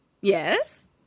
Yes